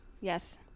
yes